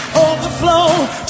overflow